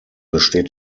besteht